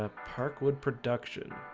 ah parkwood production